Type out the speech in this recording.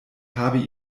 habe